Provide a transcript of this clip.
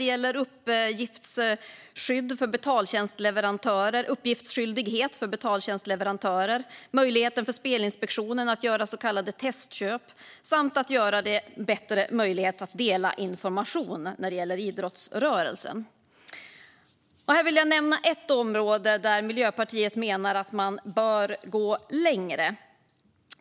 Det gäller exempelvis uppgiftsskyldighet för betaltjänstleverantörer, möjlighet för Spelinspektionen att göra så kallade testköp och en förbättrad möjlighet för idrottsrörelsen att dela information. Låt mig nämna ett område där Miljöpartiet menar att man bör gå längre.